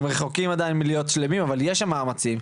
הם רחוקים עדיין מלהיות שלמים אבל יש שם מאמצים,